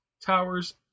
towers